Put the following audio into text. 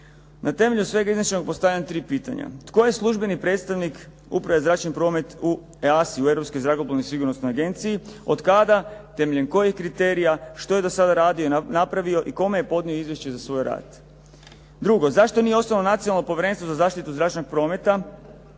Na temelju svega iznešenog postavljam tri pitanja. Tko je službeni predstavnik uprave za zračni promet u EASA-i Europskoj zrakoplovnoj sigurnosnoj agenciji? Od kada? Temeljem kojeg kriterija? Što je do sada radio i napravi i kome je podnio izvješće za svoj rad? Drugo. Zašto nije osnovano nacionalno povjerenstvo za zaštitu zračnog prometa